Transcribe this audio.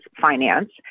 finance